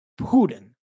Putin